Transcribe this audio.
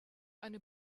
eine